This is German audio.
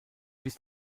bis